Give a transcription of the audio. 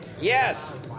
yes